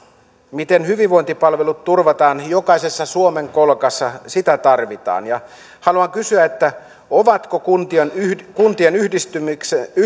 miten hyvinvointipalvelut turvataan jokaisessa suomen kolkassa tarvitaan haluan kysyä ovatko kuntien